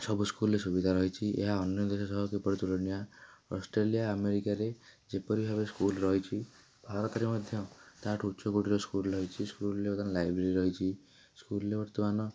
ସବୁ ସ୍କୁଲ୍ରେ ସୁବିଧା ରହିଛି ଏହା ଅନ୍ୟ ଦେଶ ସହ କିପରି ତୁଳନୀୟା ଅଷ୍ଟ୍ରେଲିଆ ଆମେରିକାରେ ଯେପରି ଭାବେ ସ୍କୁଲ୍ ରହିଛି ଭାରତରେ ମଧ୍ୟ ତା'ଠୁ ଉଚ୍ଚକୋଟୀର ସ୍କୁଲ୍ ରହିଛି ସ୍କୁଲ୍ରେ ବର୍ତ୍ତମାନ ଲାଇବ୍ରେରୀ ରହିଛି ସ୍କୁଲ୍ରେ ବର୍ତ୍ତମାନ